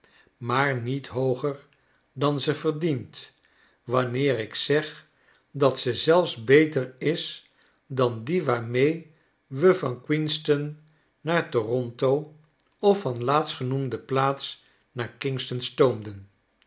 maar niet hooger dan ze verdient wanneer ik zeg dat ze zelfs beter is dan die waarmee we van queenston naar toronto of van laatstgenoemde plaats naar kingston stoomden